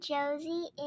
Josie